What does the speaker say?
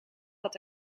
had